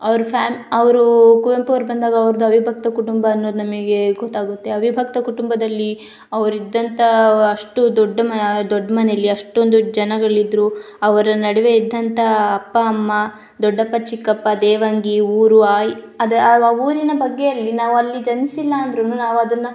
ಅವರು ಫ್ಯಾಮ್ ಅವರು ಕುವೆಂಪು ಅವ್ರು ಬಂದಾಗ ಅವ್ರದ್ದು ಅವಿಭಕ್ತ ಕುಟುಂಬ ಅನ್ನೋದು ನಮಗೆ ಗೊತ್ತಾಗುತ್ತೆ ಅವಿಭಕ್ತ ಕುಟುಂಬದಲ್ಲಿ ಅವ್ರು ಇದ್ದಂತಹ ಅಷ್ಟು ದೊಡ್ಡ ಮ ದೊಡ್ಡ ಮನೇಲಿ ಅಷ್ಟೊಂದು ಜನಗಳಿದ್ದರು ಅವರ ನಡುವೆ ಇದ್ದಂಥ ಅಪ್ಪ ಅಮ್ಮ ದೊಡ್ಡಪ್ಪ ಚಿಕ್ಕಪ್ಪ ದೇವಂಗಿ ಊರು ಅದು ಆ ಊರಿನ ಬಗ್ಗೆ ಅಲ್ಲಿ ನಾವು ಅಲ್ಲಿ ಜನಿಸಿಲ್ಲ ಅಂದ್ರೂನು ನಾವು ಅದನ್ನು